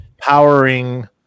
powering